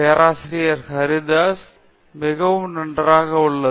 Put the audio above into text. பேராசிரியர் பிரதாப் ஹரிதாஸ் மிக நன்றாக இருக்கிறது